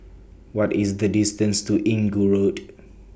What IS The distance to Inggu Road